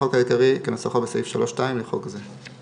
לחוק העיקרי כנוסחו בסעיף 3(2 )לחוק זה.